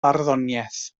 barddoniaeth